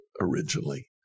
originally